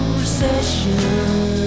recession